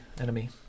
enemy